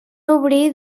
obrir